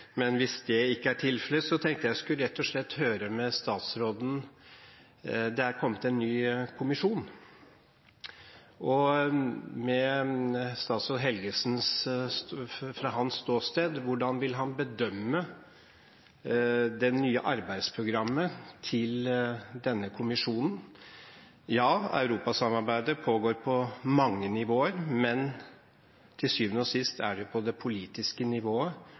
Men hvis det ikke er tilfelle, tenkte jeg at jeg rett og slett skulle høre med statsråden om noe annet. Det er kommet en ny kommisjon. Hvordan vil statsråd Helgesen fra sitt ståsted bedømme det nye arbeidsprogrammet til denne kommisjonen? Ja, europasamarbeidet pågår på mange nivåer, men til syvende og sist er det på det politiske nivået